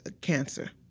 cancer